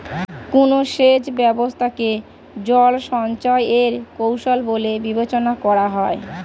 কোন সেচ ব্যবস্থা কে জল সঞ্চয় এর কৌশল বলে বিবেচনা করা হয়?